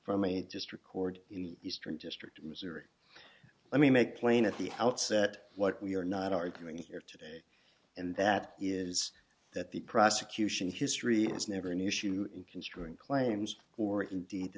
a just record in the eastern district of missouri let me make plain at the outset what we are not arguing here today and that is that the prosecution history is never an issue in considering claims or indeed